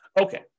Okay